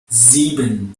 sieben